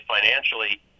financially